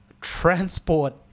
transport